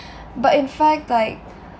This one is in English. but in fact like